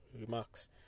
remarks